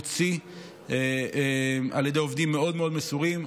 במהירות שיא על ידי עובדים מאוד מאוד מסורים.